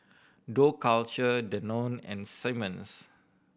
Dough Culture Danone and Simmons